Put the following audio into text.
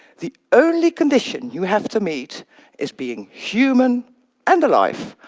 the only condition you have to meet is being human and alive.